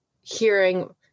hearing